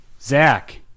Zach